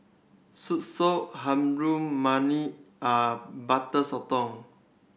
soursop harum mani are Butter Sotong